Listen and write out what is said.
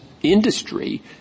industry